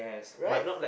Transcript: right